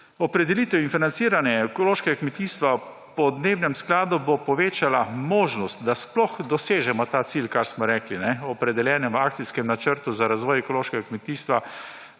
Opredelitev in financiranje ekološkega kmetijstva v podnebnem skladu bo povečala možnost, da sploh dosežemo ta cilj, kar smo rekli v opredeljenem akcijskem načrtu za razvoj ekološkega kmetijstva,